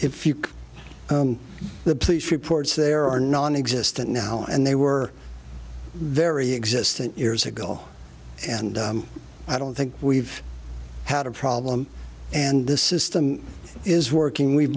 if you can the police reports there are nonexistent now and they were very existence years ago and i don't think we've had a problem and this is them is working we